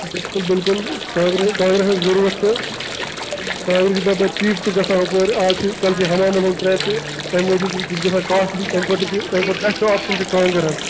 بلکُل بلکُل کانٛگریٚن ہٕنٛز ضروٗرت چھِ کانٛگریٚن چھِ ہُپٲرۍ تہِ گَژھان آز کال حظ چھ ہمامن ہٕنٛز ٹرینڈ تمہ موٗجُب یہ چھُ گَژھان کاسٹلی تمہ خٲطرٕ چھُ تمہ کھۄتہ بیڈسٹ آپشن چھ کانٛگر حظ